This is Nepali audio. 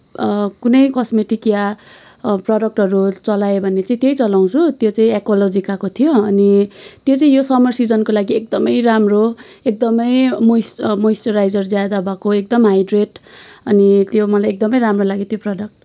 कुनै कस्मेटिक या प्रडक्टहरू चलाएँ भने चाहिँ त्यही चलाउँछु त्यो चाहिँ एकोलोजिकाको थियो अनि त्यो चाहिँ यो समर सिजनको लागि एकदमै राम्रो एकदमै मोइस मोइस्टराइजर ज्यादा भएको एकदमै हाइड्रेट अनि यो मलाई एकदमै राम्रो लाग्यो त्यो प्रडक्ट